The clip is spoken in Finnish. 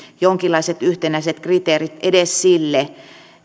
jonkinlaiset yhtenäiset kriteerit edes sille